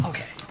Okay